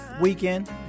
weekend